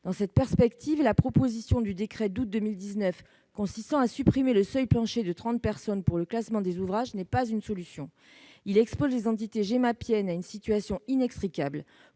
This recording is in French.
Dans cette perspective, la proposition du décret d'août 2019 consistant à supprimer le seuil plancher de 30 personnes pour le classement des ouvrages n'est pas une solution. Il expose les entités « gemapiennes » à une situation inextricable,